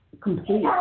complete